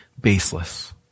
baseless